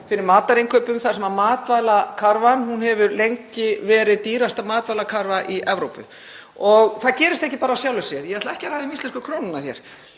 fyrir matarinnkaupum þar sem matvælakarfan hefur lengi verið dýrasta matvælakarfa í Evrópu. Það gerist ekki af sjálfu sér. Ég ætla ekki að ræða um íslensku krónuna hér,